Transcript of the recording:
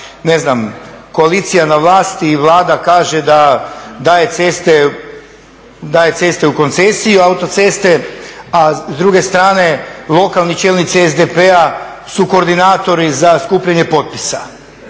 koalicija na vlasti i Vlada kaže da daje ceste u koncesiju, autoceste, a s druge strane lokalni čelnici SDP-a su koordinatori za skupljanje potpisa